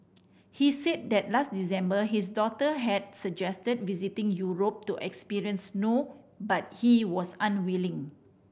he said that last December his daughter had suggested visiting Europe to experience snow but he was unwilling